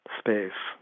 space